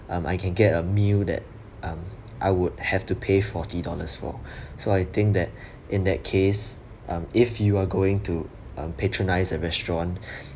um I can get a meal that (um)I would have to pay forty dollars for so I think that in that case um if you are going to um patronise a restaurant